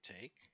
take